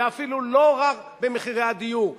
ואפילו לא רק במחירי הדיור.